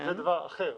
זה דבר אחר.